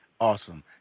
Awesome